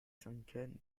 syndicats